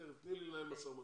תיכף אנחנו נשמע מה הם עשו בכסף.